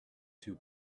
two